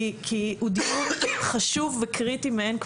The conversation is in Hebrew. כי הוא חשוב וקריטי מאין כמותו.